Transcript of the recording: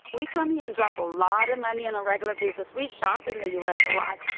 we come here and drop a lot of money on a regular basis. we shop in the u s. a lot.